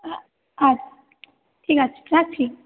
আচ্ছা ঠিক আছে রাখছি